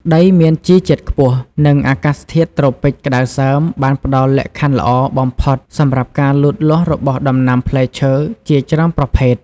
ដីមានជីជាតិខ្ពស់ និងអាកាសធាតុត្រូពិចក្តៅសើមបានផ្តល់លក្ខខណ្ឌល្អបំផុតសម្រាប់ការលូតលាស់របស់ដំណាំផ្លែឈើជាច្រើនប្រភេទ។